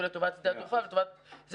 ולטובת שדה התעופה --- לקמפיין,